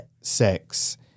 sex